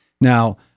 Now